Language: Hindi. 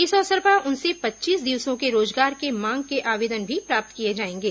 इस अवसर पर उनसे पच्चीस दिवसों के रोजगार के मांग के आवेदन भी प्राप्त किए जाएंगे